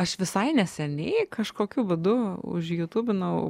aš visai neseniai kažkokiu būdu užjutubinau